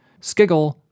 skiggle